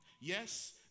Yes